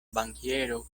bankiero